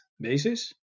basis